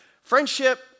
friendship